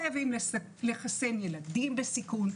חייבים לחסן ילדים בסיכון,